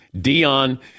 Dion